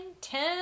ten